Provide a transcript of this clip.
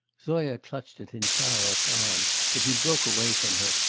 zoya clutched at insarov's arm, but he broke away from her,